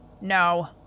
No